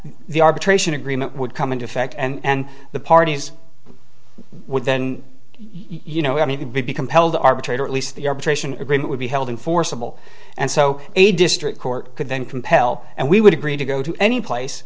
the arbitration agreement would come into effect and the parties would then you know i mean it would be compelled to arbitrate or at least the arbitration agreement would be held in forcible and so a district court could then compel and we would agree to go to any place